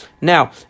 Now